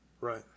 Right